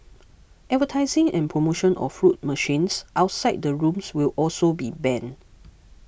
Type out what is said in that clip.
advertising and promotion of fruit machines outside the rooms will also be banned